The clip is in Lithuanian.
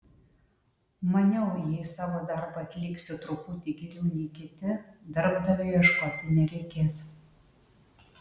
maniau jei savo darbą atliksiu truputį geriau nei kiti darbdavio ieškoti nereikės